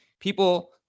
people